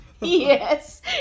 yes